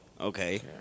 Okay